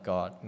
God